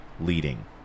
leading